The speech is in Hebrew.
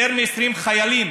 יותר מ-20 חיילים